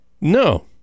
no